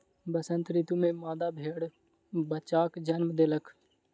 वसंत ऋतू में मादा भेड़ बच्चाक जन्म देलक